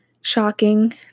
shocking